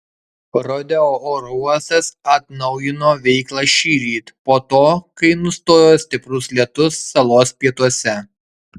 rodeo oro uostas atnaujino veiklą šįryt po to kai nustojo stiprus lietus salos pietuose